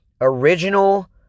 original